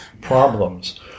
problems